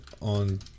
on